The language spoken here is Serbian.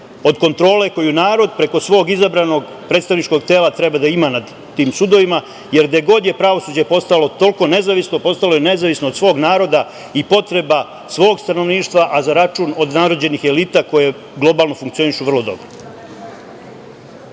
od kontrole koju narod preko svog izabranog predstavničkog tela treba da ima nad tim sudovima. Gde god je pravosuđe postalo toliko nezavisno, postalo je nezavisno od svog naroda i potreba svog stanovništva, a za račun odnarođenih elita koje globalno funkcionišu vrlo dobro.